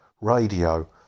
Radio